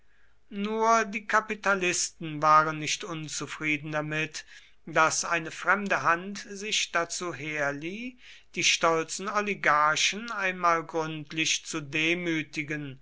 nur die kapitalisten waren nicht unzufrieden damit daß eine fremde hand sich dazu herlieh die stolzen oligarchen einmal gründlich zu demütigen